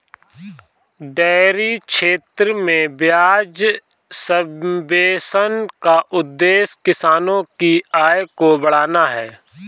dairy क्षेत्र में ब्याज सब्वेंशन का उद्देश्य किसानों की आय को बढ़ाना है